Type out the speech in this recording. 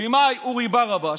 הבמאי אורי ברבש,